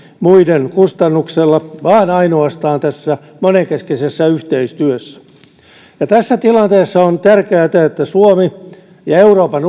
muiden kustannuksella vaan ainoastaan tässä monenkeskisessä yhteistyössä tässä tilanteessa on tärkeätä että suomi ja euroopan